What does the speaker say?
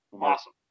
Awesome